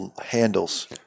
handles